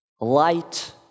Light